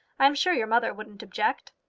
i'm sure your mother wouldn't object.